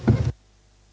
Hvala